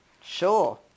sure